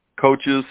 coaches